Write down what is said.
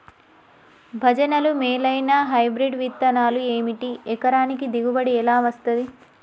భజనలు మేలైనా హైబ్రిడ్ విత్తనాలు ఏమిటి? ఎకరానికి దిగుబడి ఎలా వస్తది?